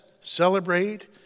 celebrate